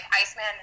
Iceman